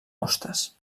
hostes